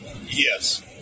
Yes